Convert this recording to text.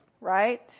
right